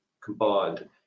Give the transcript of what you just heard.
combined